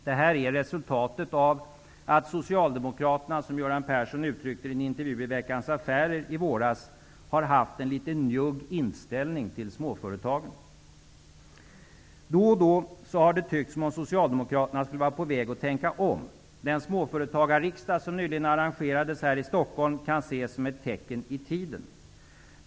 Detta är resultatet av att socialdemokraterna -- som Göran Persson uttryckte det i en intervju i Veckans Affärer i våras -- har haft en litet njugg inställning till småföretagen. Då och då har det tyckts som om socialdemokraterna skulle vara på väg att tänka om. Den småföretagarriksdag som nyligen arrangerades här i Stockholm kan ses som ett tecken i tiden.